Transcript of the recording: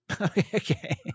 Okay